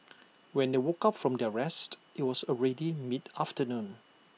when they woke up from their rest IT was already mid afternoon